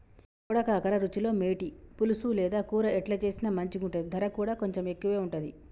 బోడ కాకర రుచిలో మేటి, పులుసు లేదా కూర ఎట్లా చేసిన మంచిగుంటది, దర కూడా కొంచెం ఎక్కువే ఉంటది